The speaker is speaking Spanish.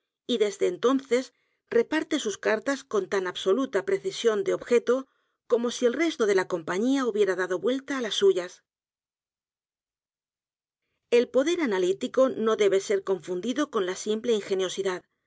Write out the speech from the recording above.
y desde entonces reparte sus cartas con tan absoluta precisión de objeto como si el resto de la compañía hubiera dado vuelta las suyas el poder analítico no debe ser confundido con la simple ingeniosidad